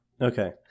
Okay